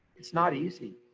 it's not easy.